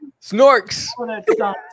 Snorks